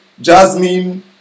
Jasmine